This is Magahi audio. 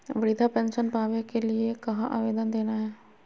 वृद्धा पेंसन पावे के लिए कहा आवेदन देना है?